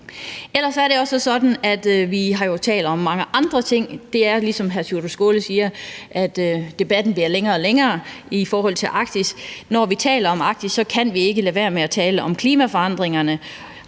vi har talt om mange andre ting. Det er, ligesom hr. Sjúrður Skaale siger, som om debatten om Arktis bliver længere og længere. Når vi taler om Arktis, kan vi ikke lade være med at tale om klimaforandringerne.